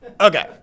Okay